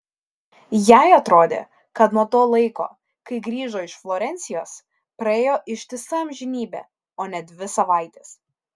jai atrodė kad nuo to laiko kai grįžo iš florencijos praėjo ištisa amžinybė o ne dvi savaitės